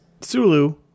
Sulu